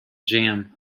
jam